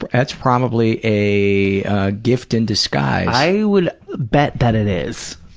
but that's probably a gift in disguise. i would bet that it is.